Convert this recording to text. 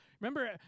Remember